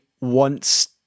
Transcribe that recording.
wants